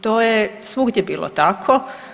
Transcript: To je svugdje bilo tako.